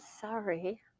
sorry